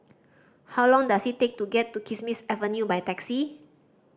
how long does it take to get to Kismis Avenue by taxi